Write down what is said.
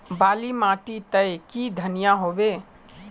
बाली माटी तई की धनिया होबे?